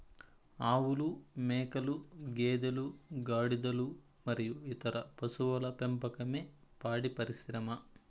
ఆవులు, మేకలు, గేదెలు, గాడిదలు మరియు ఇతర పశువుల పెంపకమే పాడి పరిశ్రమ